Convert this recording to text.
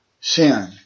sin